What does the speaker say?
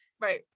right